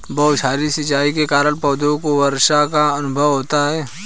बौछारी सिंचाई के कारण पौधों को वर्षा का अनुभव होता है